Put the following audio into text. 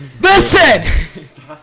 listen